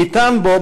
ניתן בו,